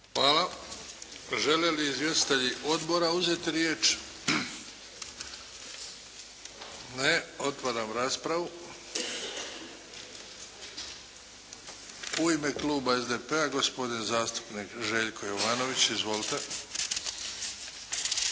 Hvala. Žele li izvjestitelji Odbora uzeti riječ? Ne. Otvaram raspravu. U ime Kluba SDP-a, gospodin zastupnik Željko Jovanović. Izvolite.